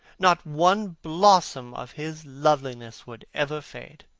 not one blossom of his loveliness would ever fade.